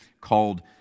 called